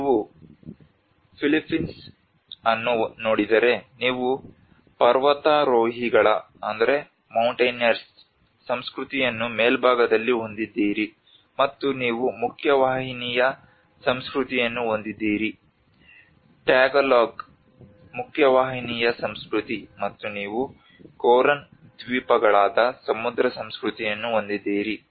ನೀವು ಫಿಲಿಪೈನ್ಸ್ ಅನ್ನು ನೋಡಿದರೆ ನೀವು ಪರ್ವತಾರೋಹಿಗಳ ಸಂಸ್ಕೃತಿಯನ್ನು ಮೇಲ್ಭಾಗದಲ್ಲಿ ಹೊಂದಿದ್ದೀರಿ ಮತ್ತು ನೀವು ಮುಖ್ಯವಾಹಿನಿಯ ಸಂಸ್ಕೃತಿಯನ್ನು ಹೊಂದಿದ್ದೀರಿ ಟ್ಯಾಗಲೋಗ್ ಮುಖ್ಯವಾಹಿನಿಯ ಸಂಸ್ಕೃತಿ ಮತ್ತು ನೀವು ಕೋರನ್ ದ್ವೀಪಗಳಾದ ಸಮುದ್ರ ಸಂಸ್ಕೃತಿಯನ್ನು ಹೊಂದಿದ್ದೀರಿ